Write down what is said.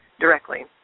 directly